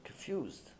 confused